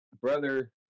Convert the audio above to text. brother